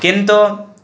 किन्तु